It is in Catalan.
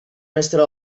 mestre